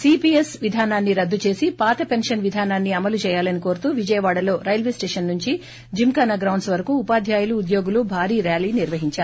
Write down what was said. CPS విధానాన్ని రద్దు చేసి పాత పెన్షన్ విధానాన్ని అమలు చేయాలని కోరుతూ విజయవాడలో రైల్వే స్టేషన్ నుంచి జింకానా గ్రౌండ్స్ వరకు ఉపాధ్యాయులు ఉద్యోగులు భారీ ర్యాలీ నిర్వహిందారు